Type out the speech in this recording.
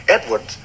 Edward